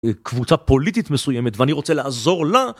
קבוצה פוליטית מסוימת ואני רוצה לעזור לה